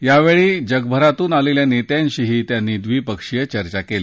यावेळी यावेळी जगभरातून आलेल्या नेत्यांशीही त्यांनी द्विपक्षीय चर्चा केली